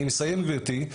אני מסיים גברתי.